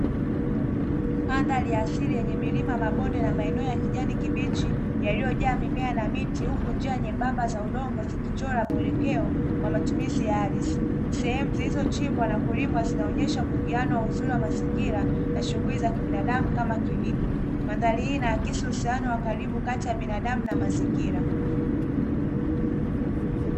Mandhari ya asili yenye milima, mabonde na maeneo ya kijani kibichi, yaliyojaa mimea na miti huku njia nyembamba za udongo zikichora muelekeo wa matumizi ya ardhi , sehemu zilizochimbwa na kulimwa zinaonesha muingiliano wa uzuri wa mazingira na shughuli za kibinadamu kama kilimo , mandhari hii inaakisi uhusiano wa karibu kati ya binadamu na mazingira.